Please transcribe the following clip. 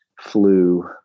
flu